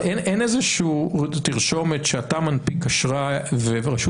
אבל אין איזה שהיא תרשומת שאתה מנפיק אשרה ורשות